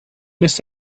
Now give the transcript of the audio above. miss